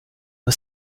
aux